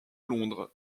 londres